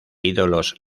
ídolos